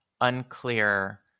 unclear